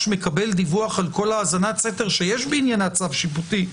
מקבל דיווח על כל האזנת סתר שיש בעניינה צו שיפוטי,